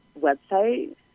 website